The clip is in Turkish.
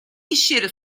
işyeri